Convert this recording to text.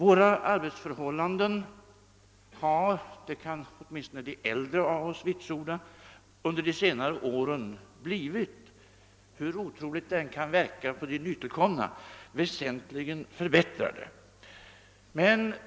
Åtminstone de äldre av oss kan vitsorda att våra arbetsförhållanden under de senare åren blivit väsentligt förbättrade, hur otroligt det än kan verka för de nytillkomna.